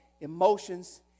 emotions